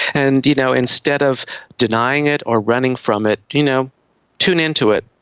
and you know instead of denying it or running from it, you know tune into it,